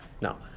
No